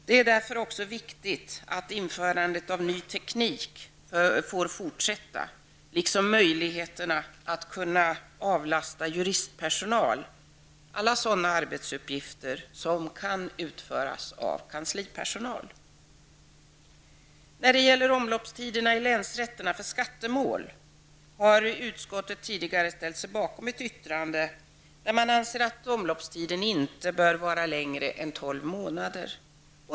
Det är också viktigt att införandet av ny teknik får fortsätta, liksom möjligheterna att avlasta juristpersonal alla sådana arbetsuppgifter som kan utföras av kanslipersonal. När det gäller omloppstiden för skattemål i länsrätterna har utskottet tidigare ställt sig bakom ett yttrande där man anser att omloppstiden inte bör vara längre än tolv månader.